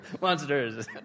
Monsters